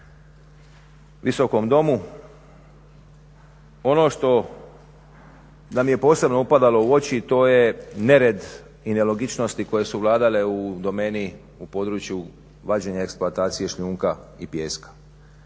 Visokom domu. Ono što, da mi je posebno upadalo u oči to je nered i nelogičnosti koje su vladale u domeni u području vađenja eksploatacije šljunka i pijeska.